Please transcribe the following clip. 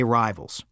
rivals